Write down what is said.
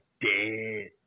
dead